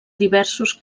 diversos